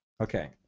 Okay